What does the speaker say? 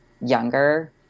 younger